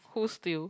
who steal